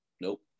nope